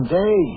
day